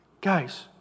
Guys